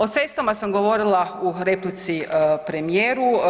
O cestama sam govorila u replici premijeru.